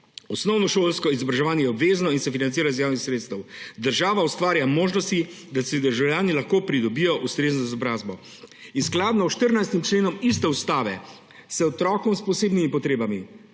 »Osnovnošolsko izobraževanje je obvezno in se financira iz javnih sredstev. Država ustvarja možnosti, da si državljani lahko pridobijo ustrezno izobrazbo.« Skladno s 14. členom iste ustave se otroku s posebnimi potrebami